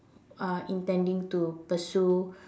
uh intending to persuade